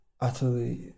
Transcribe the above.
Utterly